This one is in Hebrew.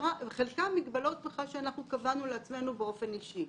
חלקן הן מגבלות שאנחנו קבענו לעצמנו באופן אישי,